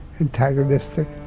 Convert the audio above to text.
antagonistic